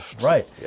Right